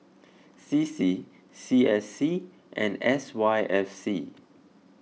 C C C S C and S Y F C